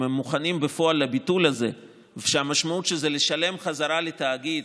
אם הם מוכנים בפועל לביטול הזה כשהמשמעות של זה היא לשלם בחזרה לתאגיד.